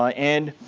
ah and